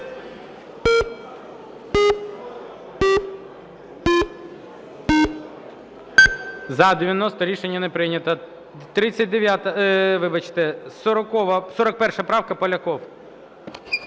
За-90 Рішення не прийнято. 41 правка, Поляков.